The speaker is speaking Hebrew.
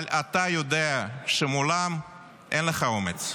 אבל אתה יודע שמולם אין לך אומץ.